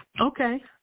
Okay